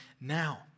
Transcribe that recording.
now